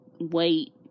wait